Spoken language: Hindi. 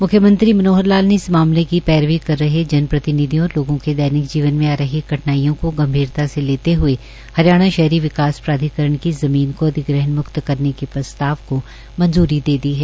म्ख्यमंत्री मनोहर लाल ने इस मामले की पैरवी कर रहे जनप्रतिनिधियों और लोगों के दैनिक जीवन में आ रही कठिनाईयों को गंभीरता से लेते हए हरियाणा शहरी विकास प्राधिकरण की इस जमीन को अधिग्रहण मुक्त करने के प्रस्ताव को मंजूरी दे दी है